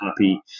happy